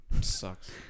Sucks